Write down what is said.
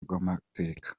rw’amateka